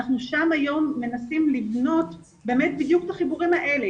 אנחנו שם היום מנסים לבנות באמת בדיוק את החיבורים האלה.